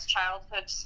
Childhood